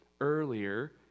earlier